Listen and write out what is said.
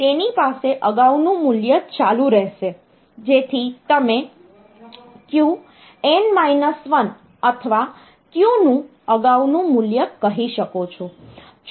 તેથી તેની પાસે અગાઉનું મૂલ્ય ચાલુ રહેશે જેથી તમે Qn 1 અથવા Q નું અગાઉનું મૂલ્ય કહી શકો છો